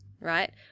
right